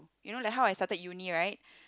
you know like how I started uni right